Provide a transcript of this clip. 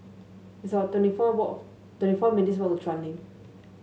it's about twenty four wallk twenty four minutes' walk to Chuan Link